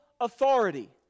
authority